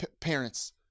parents